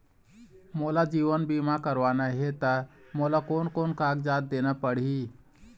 मोला जीवन बीमा करवाना हे ता मोला कोन कोन कागजात देना पड़ही?